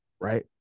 right